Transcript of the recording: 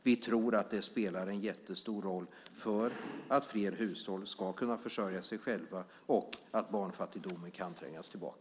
Vi tror att det spelar en stor roll för att fler hushåll ska kunna försörja sig själva och för att barnfattigdomen ska trängas tillbaka.